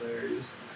hilarious